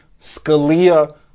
Scalia